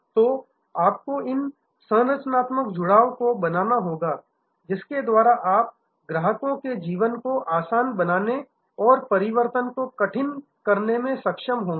तो आपको इन संरचनात्मक जुड़ाव को बनाना होगा जिसके द्वारा आप ग्राहकों के जीवन को आसान बनाने और परिवर्तन को अधिक कठिन करने में सक्षम होंगे